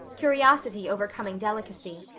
curiosity overcoming delicacy.